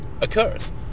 occurs